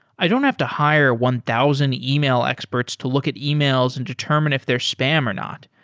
i don't have to hire one thousand email experts to look at emails and determine if they're spam or not.